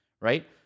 right